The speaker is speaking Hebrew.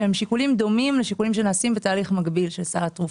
שהם שיקולים דומים לשיקולים שנעשים בתהליך מקביל של סל התרופות,